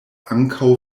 ankaŭ